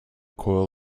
coil